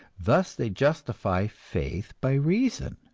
thus they justify faith by reason,